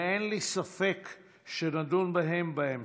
ואין לי ספק שנדון בהם בהמשך: